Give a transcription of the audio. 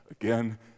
again